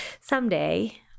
someday